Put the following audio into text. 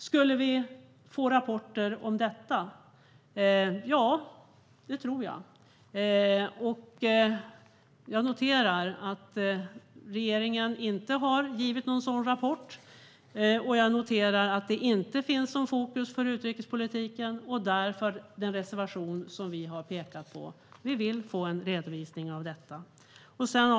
Skulle vi få rapporter om detta? Ja, det tror jag. Jag noterar att regeringen inte har givit någon återrapport, och jag noterar att det inte finns något sådant fokus för utrikespolitiken. Därför har vi lämnat den reservation som jag redogjorde för. Vi vill få en redovisning av detta. Herr talman!